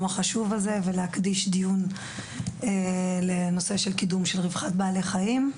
החשוב הזה ולהקדיש דיון לנושא של קידום רווחת בעלי החיים.